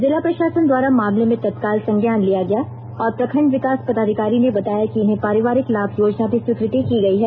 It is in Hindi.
जिला प्रशासन द्वारा मामले में तत्काल संज्ञान लिया गया और प्रखंड विकास पदाधिकारी ने बताया कि इन्हें पारिवारिक लाभ योजना भी स्वीकृत की गयी है